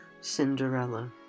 Cinderella